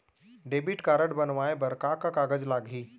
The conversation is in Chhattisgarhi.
डेबिट कारड बनवाये बर का का कागज लागही?